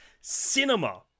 cinema